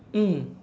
mm